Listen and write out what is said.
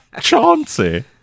Chauncey